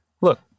look